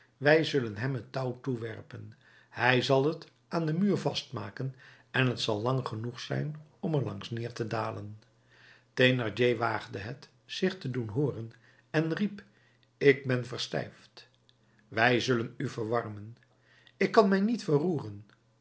wij zullen hem het touw toewerpen hij zal het aan den muur vastmaken en t zal lang genoeg zijn om er langs neer te dalen thénardier waagde het zich te doen hooren en riep ik ben verstijfd wij zullen u verwarmen ik kan mij niet verroeren